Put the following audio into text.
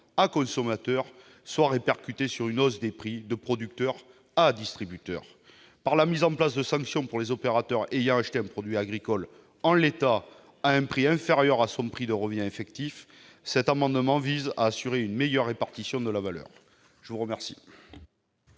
à consommateurs soit répercutée sur une hausse des prix de producteurs à distributeurs. Par la mise en place de sanctions pour les opérateurs ayant acheté un produit agricole en l'état, à un prix inférieur à son prix de revient effectif, cet amendement vise à assurer une meilleure répartition de la valeur. L'amendement